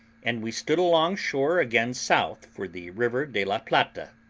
and we stood along shore again south for the river de la plata,